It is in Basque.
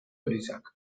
elizak